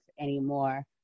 anymore